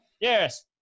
Yes